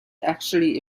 actually